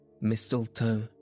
Mistletoe